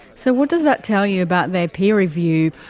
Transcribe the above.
so what does that tell you about their peer review?